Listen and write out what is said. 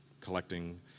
collecting